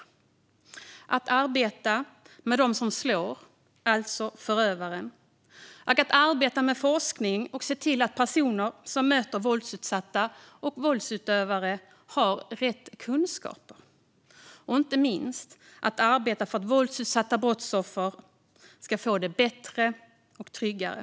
Vi behöver arbeta med dem som slår, alltså förövarna. Vi behöver också arbeta med forskning och se till att personer som möter våldsutsatta och våldsutövare har rätt kunskaper. Vi behöver inte minst arbeta för att våldsutsatta brottsoffer ska få det bättre och tryggare.